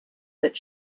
that